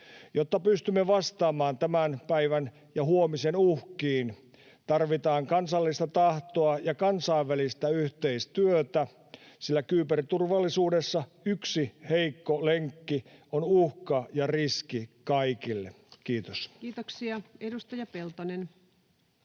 Jotta pystymme vastaamaan tämän päivän ja huomisen uhkiin, tarvitaan kansallista tahtoa ja kansainvälistä yhteistyötä, sillä kyberturvallisuudessa yksi heikko lenkki on uhka ja riski kaikille. — Kiitos. [Speech